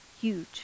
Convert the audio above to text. huge